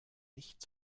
nicht